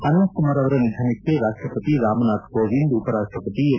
ಅನಂತಕುಮಾರ್ ಅವರ ನಿಧನಕ್ಕೆ ರಾಷ್ಟಪತಿ ರಾಮನಾಥ್ ಕೋವಿಂದ್ ಉಪರಾಷ್ಟಪತಿ ಎಂ